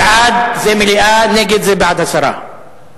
בעד זה מליאה, נגד זה בעד הסרת הנושא.